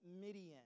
Midian